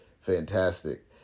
fantastic